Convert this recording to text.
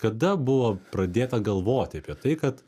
kada buvo pradėta galvoti apie tai kad